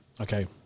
okay